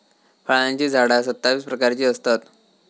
फळांची झाडा सत्तावीस प्रकारची असतत